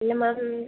இல்லை மேம்